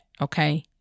okay